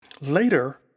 later